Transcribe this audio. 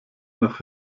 nach